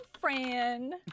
friend